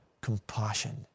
compassion